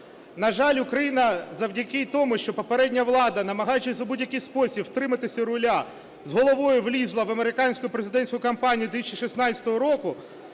На жаль, Україна завдяки тому, що попередня влада, намагаючись в будь-який спосіб втриматись у руля, з головою влізла в американську президентську кампанію 2016 року